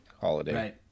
holiday